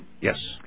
Yes